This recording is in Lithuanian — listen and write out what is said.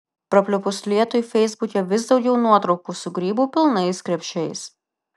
prapliupus lietui feisbuke vis daugiau nuotraukų su grybų pilnais krepšiais